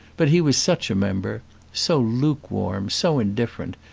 but he was such a member so lukewarm, so indifferent,